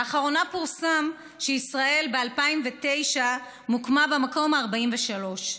לאחרונה פורסם שב-2009 ישראל מוקמה במקום ה-43,